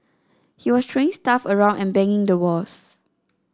he was throwing stuff around and banging the walls